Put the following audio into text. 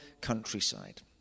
countryside